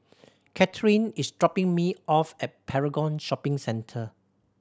Kathryne is dropping me off at Paragon Shopping Centre